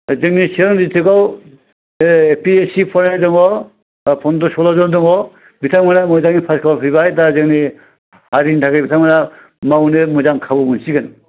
जोंनि चिरां दिसथ्रिगाव ए पि एस सि फरायनाय दङ फन्द्र' सलल' जोन दङ बिथांमोना मोजाङै पास खालामना फैबाय दा जोंनि हारिनि थाखाय बिथांमोना मावनो मोजां खाबु मोनसिगोन